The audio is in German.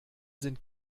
sind